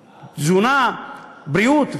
תזונה, בריאות,